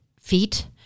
feet